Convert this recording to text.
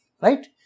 right